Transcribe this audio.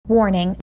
Warning